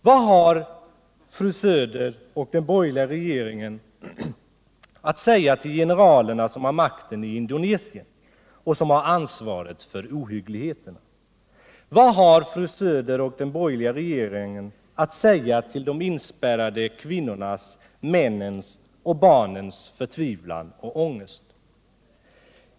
Vad har fru Söder och den borgerliga regeringen att säga till generalerna som har makten i Indonesien och som har ansvaret för ohyggligheterna? Vad har fru Söder och den borgerliga regeringen att säga till de inspärrade kvinnornas, männens och barnens förtvivlan och ångest?